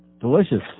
Delicious